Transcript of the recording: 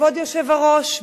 כבוד היושב-ראש,